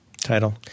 title